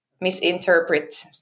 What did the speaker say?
misinterpret